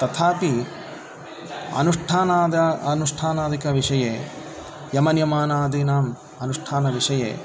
तथापि अनुष्ठानाद् अनुष्ठानादिकविषये यमनियमादीनाम् अनुष्ठानविषये